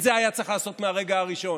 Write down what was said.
את זה היה צריך לעשות מהרגע הראשון.